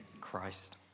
Christ